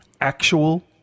actual